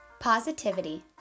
Positivity